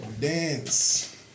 Dance